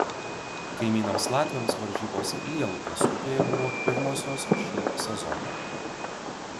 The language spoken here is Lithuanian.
kaimynams latviams varžybos lielupės upėje buvo pirmosios šį sezoną